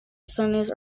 sundays